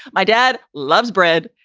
my dad loves bread.